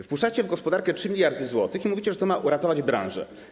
Wpuszczacie w gospodarkę 3 mld zł i mówicie, że to ma uratować branżę.